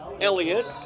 Elliott